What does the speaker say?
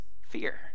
fear